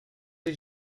did